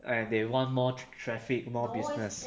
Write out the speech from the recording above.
and they want more traffic more business